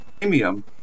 premium